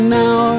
now